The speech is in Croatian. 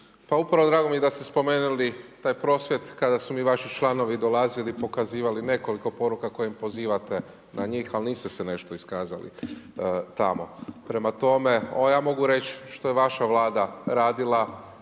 upravo drago mi je da ste spomenuli taj prosvjed, kada su mi vaši članovi dolazili i pokazivali nekoliko poruka kojih pozivate na njih, ali niste se nešto iskazali tamo. Prema tome ja mogu reći što je vaša vlada radila